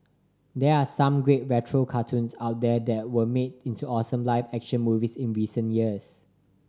there are some great retro cartoons out there that were made into awesome live action movies in recent years